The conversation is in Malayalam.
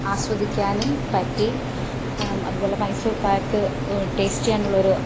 ആസ്വദിക്കാനും പറ്റി അതുപോലെ മൈസൂർ പാക്ക് ടെയ്സ്റ്റ് ചെയ്യാനുള്ളൊരു